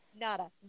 Nada